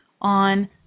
on